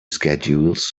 schedules